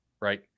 right